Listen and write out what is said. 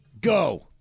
go